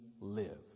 live